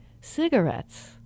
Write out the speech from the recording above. cigarettes